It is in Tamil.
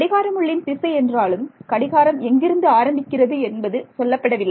கடிகார முள்ளின் திசை என்றாலும் கடிகாரம் எங்கிருந்து ஆரம்பிக்கிறது என்பது சொல்லப்படவில்லை